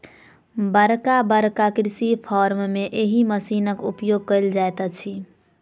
बड़का बड़का कृषि फार्म मे एहि मशीनक उपयोग कयल जाइत अछि